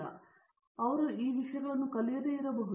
ಆದ್ದರಿಂದ ಅವರು ಈ ವಿಷಯಗಳನ್ನು ಕಲಿಯದಿರಬಹುದು